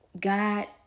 God